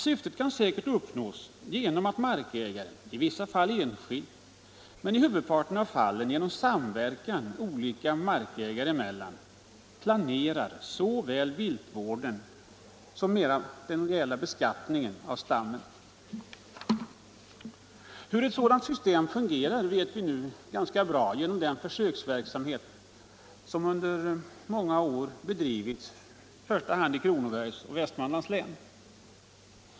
Syftet kan säkerligen uppnås genom att markägare, i vissa fall enskilt men i huvudparten av fallen genom samverkan olika markägare emellan, planerar såväl viltvården som beskattningen av stammen. Hur ett sådant system fungerar vet vi nu genom den försöksverksamhet som under många år bedrivits i första hand i Kronobergs och Västmanlands län.